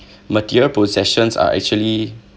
material possessions are actually